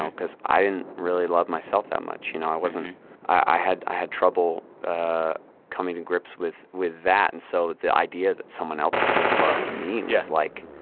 because i didn't really love myself that much, you know. i wasn't i had i had trouble ah coming to and grips with with that. and so the idea that someone else could love me was like,